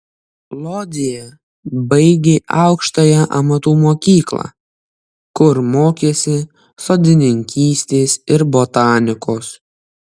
lodzėje baigė aukštąją amatų mokyklą kur mokėsi sodininkystės ir botanikos